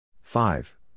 five